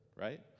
right